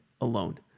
alone